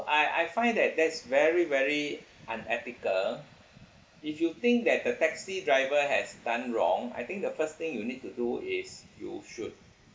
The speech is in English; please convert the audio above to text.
I I find that that's very very unethical if you think that the taxi driver has done wrong I think the first thing you need to do is you should